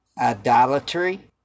idolatry